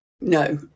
No